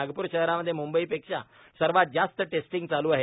नागपूर शहरांमध्ये म्ंबईपेक्षा पेक्षा सर्वात जास्त टेस्टिंग चालू आहेत